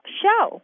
show